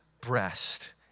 breast